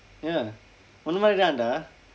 ya உன்ன மாதிரி தான்:unna maathiri thaan dah